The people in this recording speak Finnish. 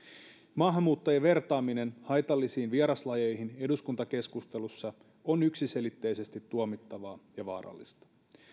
maahanmuuttajien vertaaminen haitallisiin vieraslajeihin eduskuntakeskustelussa on yksiselitteisesti tuomittavaa ja vaarallista